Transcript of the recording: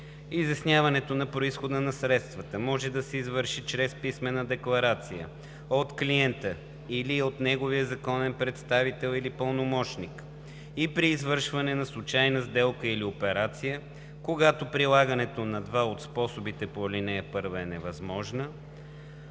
„Изясняването на произхода на средствата може да се извърши чрез писмена декларация от клиента или от неговия законен представител или пълномощник и при извършване на случайна сделка или операция, когато прилагането на два от способите по ал. 1 е невъзможно.“,